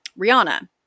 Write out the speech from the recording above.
Rihanna